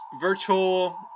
Virtual